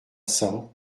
cents